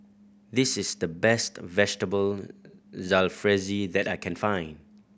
this is the best Vegetable Jalfrezi that I can find